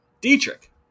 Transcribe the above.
Dietrich